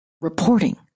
reporting